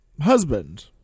husband